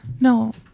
No